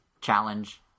Challenge